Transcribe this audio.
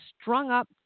strung-up